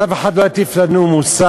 אז אף אחד לא יטיף לנו מוסר,